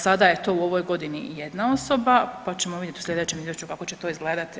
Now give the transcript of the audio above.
Sada je to u ovoj godini 1 osoba, pa ćemo vidjeti u sljedećem izvješću kako će to izgledati.